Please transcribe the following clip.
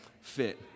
fit